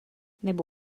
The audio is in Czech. nebo